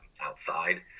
outside